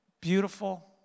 beautiful